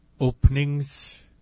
Openings